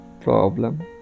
problem